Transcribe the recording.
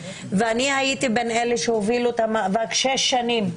ואני הייתי בין אלה שהובילו את המאבק במשך שש שנים,